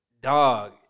dog